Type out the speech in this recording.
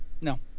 No